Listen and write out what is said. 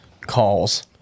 calls